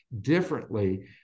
differently